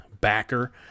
backer